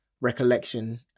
recollection